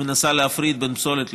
מנסה להפריד בין פסולת לפסולת.